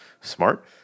smart